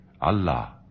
Allah